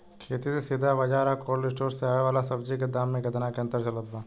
खेत से सीधा बाज़ार आ कोल्ड स्टोर से आवे वाला सब्जी के दाम में केतना के अंतर चलत बा?